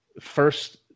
first